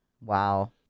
Wow